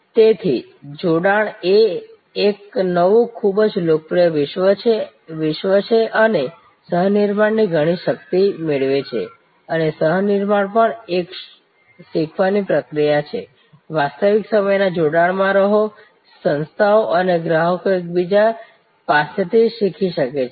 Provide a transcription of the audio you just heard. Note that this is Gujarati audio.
તેથી જોડાણ એ એક નવું ખૂબ જ લોકપ્રિય વિશ્વ છે અને તે સહ નિર્માણથી ઘણી શક્તિ મેળવે છે અને સહ નિર્માણ પણ એક શીખવાની પ્રક્રિયા છે વાસ્તવિક સમયના જોડાણમાં રહો સંસ્થાઓ અને ગ્રાહકો એકબીજા પાસેથી શીખી શકે છે